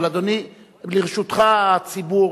אבל, אדוני, לרשותך הציבור,